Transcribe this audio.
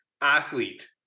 athlete